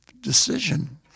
decision